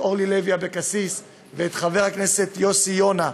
אורלי לוי אבקסיס ואת חבר הכנסת יוסי יונה.